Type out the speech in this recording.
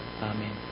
Amen